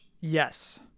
Yes